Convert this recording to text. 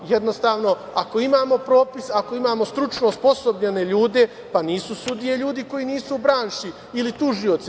Jednostavno, ako imamo propis, ako imamo stručno osposobljene ljude, pa nisu sudije ljudi koji nisu u branši ili tužioci.